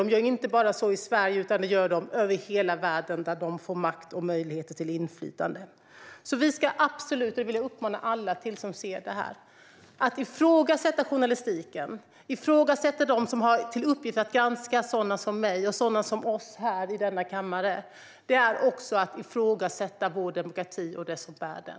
De gör så inte bara i Sverige, utan de gör så över hela världen där de får makt och möjligheter till inflytande. Jag vill säga till alla som ser på denna debatt att detta att ifrågasätta journalistiken, att ifrågasätta dem som har till uppgift att granska sådana som mig och sådana som oss här i denna kammare, också är att ifrågasätta vår demokrati och dem som bär den.